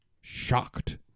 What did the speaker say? shocked